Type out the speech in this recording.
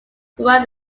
throughout